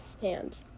hands